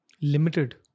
Limited